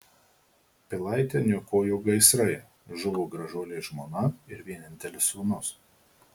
pilaitę niokojo gaisrai žuvo gražuolė žmona ir vienintelis sūnus